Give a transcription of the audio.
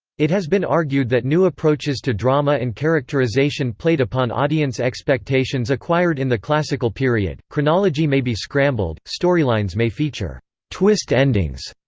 it has been argued that new approaches to drama and characterization played upon audience expectations acquired in the classical period chronology may be scrambled, storylines may feature twist endings,